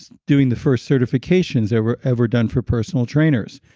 doing the first certifications that were ever done for personal trainers.